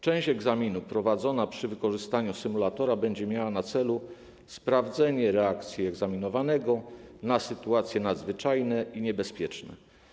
Część egzaminu prowadzona przy wykorzystaniu symulatora będzie miała na celu sprawdzenie reakcji egzaminowanego na sytuacje nadzwyczajne i niebezpieczne.